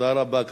תודה רבה.